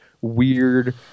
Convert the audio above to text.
weird